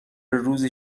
روزی